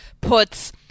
puts –